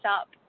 up